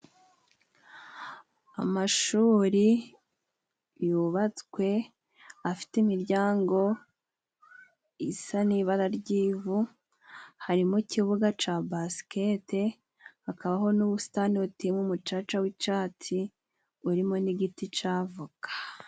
Amashuri yubatswe afite imiryango isa n'ibara ry'ivu harimo ikibuga ca basikete hakabaho n'ubusitani buteyemo umucaca w'icatsi urimo n'igiti cavoka.